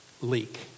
leak